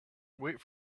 wait